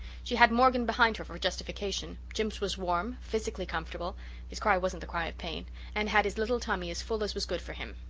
she had morgan behind her for justification. jims was warm, physically comfortable his cry wasn't the cry of pain and had his little tummy as full as was good for him.